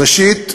ראשית,